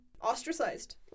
ostracized